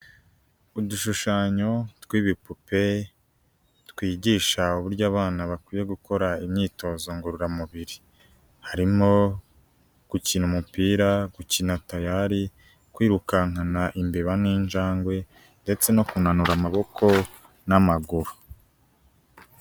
Udushushanyo tw'ibipupe twigisha uburyo abana bakwiye gukora imyitozo ngororamubiri, harimo gukina umupira, gukina tayari, kwirukankana imbeba n'injangwe ndetse no kunanura amaboko n'amaguru.